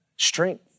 Strength